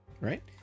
right